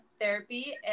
therapy